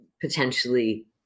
potentially